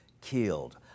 killed